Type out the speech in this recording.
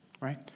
right